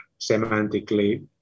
semantically